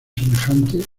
semejante